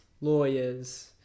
lawyers